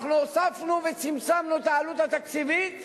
אנחנו הוספנו וצמצמנו את העלות התקציבית